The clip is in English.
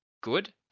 good